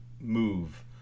move